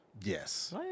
Yes